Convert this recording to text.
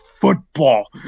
football